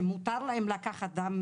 שמותר להם לקחת דם,